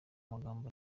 magambo